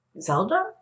Zelda